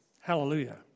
Hallelujah